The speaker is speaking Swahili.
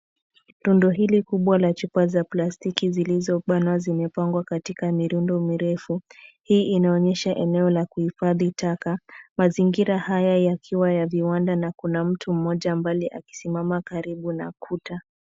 Rundo hili kubwa la chupa za plastiki zilizobanwa zimepangwa katika mirundo mirefu. Hii inaonyesha eneo la kuhifadhi taka ,mazingira haya yakiwa ya viwanda na kuna mtu mmoja mbali akisimama, karibu na kuta.